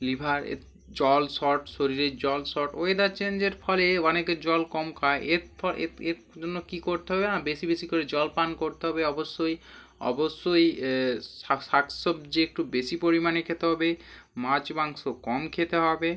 লিভারের জল শর্ট শরীরের জল শর্ট ওয়েদার চেঞ্জের ফলে অনেকে জল কম খায় এর ফ এর এর জন্য কী করতে হবে হ্যাঁ বেশি বেশি করে জল পান করতে হবে অবশ্যই অবশ্যই শাক শাক সবজি একটু বেশি পরিমাণে খেতে হবে মাছ মাংস কম খেতে হবে